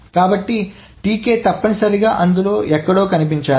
కాబట్టి Tk తప్పనిసరిగా అందులో ఎక్కడో కనిపించాలి